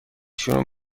شروع